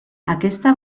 aquesta